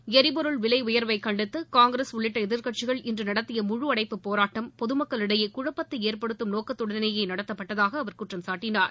ளரிபொருள் விலை உயர்வை கண்டித்து காங்கிரஸ் உள்ளிட்ட எதிர்க்கட்சிகள் இன்று நடத்திய முழு அடைப்டுப் போராட்டம் பொதுமக்களிடயே குழப்பத்தை ஏற்படுத்தும் நோக்கத்துடனே நடத்தப்பட்டதாக அவா குற்றம்சாட்டினார்